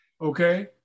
Okay